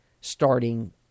starting